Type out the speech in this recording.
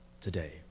today